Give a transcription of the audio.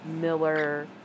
Miller